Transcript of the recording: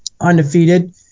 undefeated